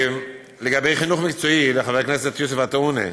לגבי חינוך מקצועי, חבר הכנסת יוסף עטאונה,